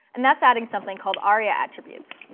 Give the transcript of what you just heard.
and that's adding something called aria attributes.